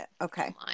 Okay